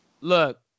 Look